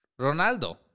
Ronaldo